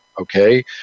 Okay